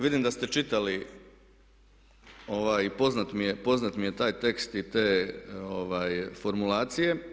Vidim da ste čitali i poznat mi je taj tekst i te formulacije.